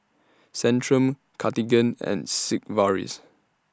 Centrum Cartigain and Sigvaris